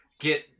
get